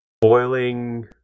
boiling